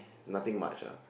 nothing much ah